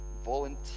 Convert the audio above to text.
volunteer